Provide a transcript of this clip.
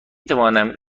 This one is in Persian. توانم